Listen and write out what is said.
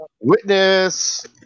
Witness